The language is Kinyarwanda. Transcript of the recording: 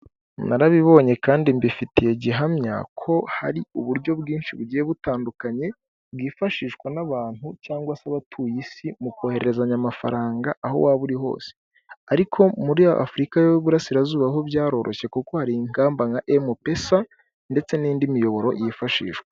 Narabibonye kandi mbifitiye gihamya ko hari uburyo bwinshi bugiye butandukanye bwifashishwa n'abantu cyangwa se abatuye isi mu kwohererezanya amafaranga aho waba uri hose, ariko muri afurika y'uburasirazuba ho byaroroshye kuko hari ingamba nka emupesa ndetse nindi miyoboro yifashishwa.